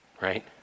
right